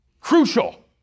Crucial